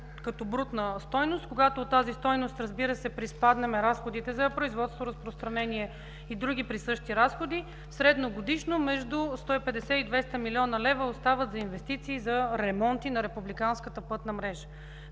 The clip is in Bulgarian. като брутна стойност. Когато от тази стойност, разбира се, приспаднем разходите за производство, разпространение и други присъщи разходи, средногодишно между 150 и 200 млн. лв. остават за инвестиции за ремонти на републиканската пътна мрежа.